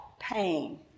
pain